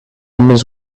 omens